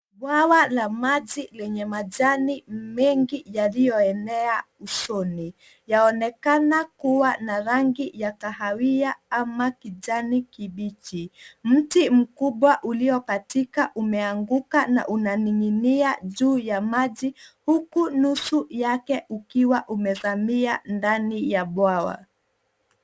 Bwawa la maji lenye majani mengi yaliyoelea usoni. Yaonekana kuwa na rangi ya kahawia ama kijani kibichi. Mti mkubwa uliokatika umeanguka na unaning'inia juu ya maji huku nusu yake ukiwa umezamia ndani ya bwawa.